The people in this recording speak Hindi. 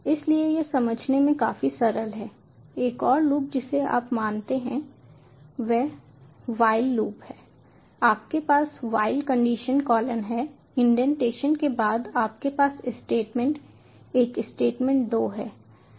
इसलिए यह समझने में काफी सरल है एक और लूप जिसे आप मानते हैं वह व्हाइल लूप है आपके पास व्हाइल कंडीशन कॉलन है इंडेंटेशन के बाद आपके पास स्टेटमेंट एक स्टेटमेंट 2 है